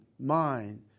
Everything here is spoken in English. mind